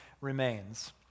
remains